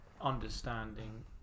understanding